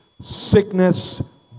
Sickness